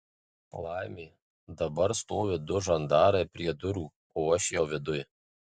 laimė dabar stovi du žandarai prie durų o aš jau viduj